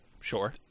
Sure